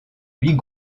huit